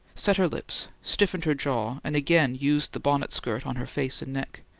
set her lips, stiffened her jaw, and again used the bonnet skirt on her face and neck.